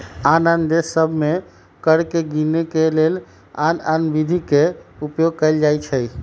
आन आन देश सभ में कर के गीनेके के लेल आन आन विधि के उपयोग कएल जाइ छइ